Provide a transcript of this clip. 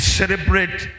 celebrate